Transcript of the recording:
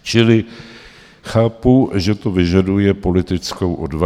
Čili chápu, že to vyžaduje politickou odvahu.